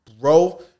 bro